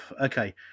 Okay